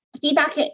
feedback